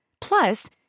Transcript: Plus